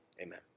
amen